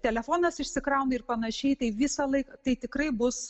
telefonas išsikrauna ir panašiai tai visąlaik tai tikrai bus